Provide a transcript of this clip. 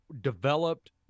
developed